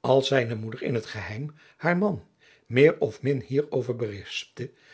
als zijne moeder in het geheim haar man meer os min hierover berispte